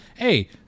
Hey